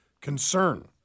concern